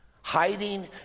hiding